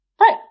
Right